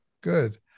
good